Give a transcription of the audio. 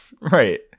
Right